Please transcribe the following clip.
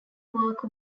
work